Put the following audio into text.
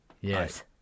Yes